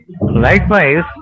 Likewise